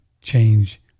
change